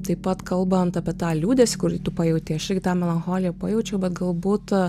taip pat kalbant apie tą liūdesį kurį tu pajautei aš irgi tą melancholiją pajaučiau bet galbūt